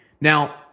Now